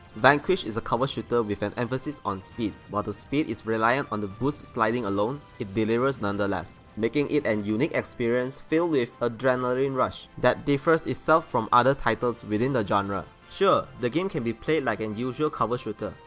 vanquish is a cover shooter with an emphasis on speed, while the speed is reliant on the boost sliding alone, it delivers nonetheless, making it an unique experience filled with adrenaline rush that differs itself from other titles within the genre. sure, the game can be played like an usual cover shooter,